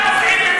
אל-אקצא.